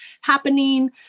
happening